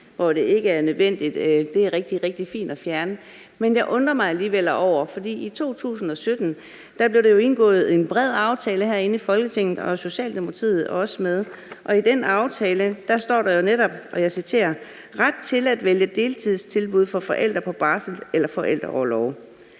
hvor det ikke er nødvendigt, er det rigtig, rigtig fint at fjerne, men jeg undrer mig alligevel over noget. For i 2017 ... [Lydudfald] ... en bred aftale herinde i Folketinget, og Socialdemokratiet var også med. I den aftale står der jo netop, og jeg citerer: ret til at vælge deltidstilbud for forældre på barsel eller forældreorlov.